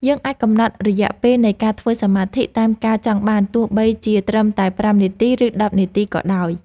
យើងអាចកំណត់រយៈពេលនៃការធ្វើសមាធិតាមការចង់បានទោះបីជាត្រឹមតែប្រាំនាទី ឬ ដប់នាទីក៏ដោយ។